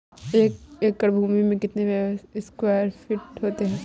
एक एकड़ भूमि में कितने स्क्वायर फिट होते हैं?